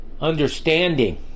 understanding